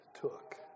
took